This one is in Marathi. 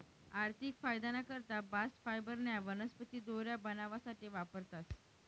आर्थिक फायदाना करता बास्ट फायबरन्या वनस्पती दोऱ्या बनावासाठे वापरतास